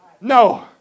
No